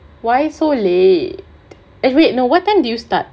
why so late eh wait what time did you start